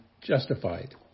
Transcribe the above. justified